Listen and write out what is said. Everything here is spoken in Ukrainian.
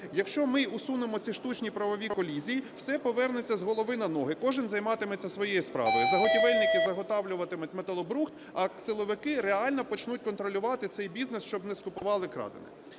Якщо ми усунемо ці штучні правові колізії, все повернеться з голови на ноги, кожен займатиметься своєю справою: заготівельники – заготовлюватимуть металобрухт, а силовики реально почнуть контролювати цей бізнес, щоб не скуповували крадене.